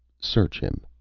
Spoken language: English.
search him.